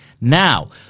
Now